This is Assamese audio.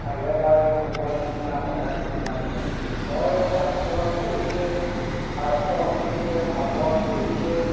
চালে বেৰে কোবোৱা নিচিনা কথা কিছুমান কয় হয় শাস্ত্ৰ পঢ়িছে শাস্ত্ৰ শুনিছে ভাগৱত পঢ়িছে